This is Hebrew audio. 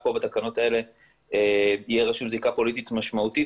פה בתקנות האלה יהיה רשום זיקה פוליטית משמעותית.